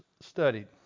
studied